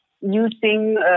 using